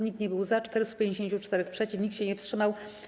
Nikt nie był za, 454 - przeciw, nikt się nie wstrzymał.